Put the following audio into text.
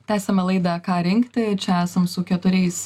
tęsiame laidą ką rinkti čia esam su keturiais